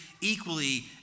equally